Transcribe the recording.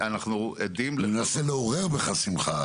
אני מנסה לעורר בך שמחה.